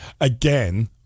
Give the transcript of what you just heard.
Again